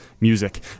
music